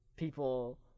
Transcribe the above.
people